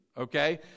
Okay